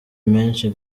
menshi